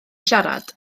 siarad